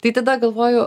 tai tada galvoju